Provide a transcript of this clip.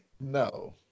No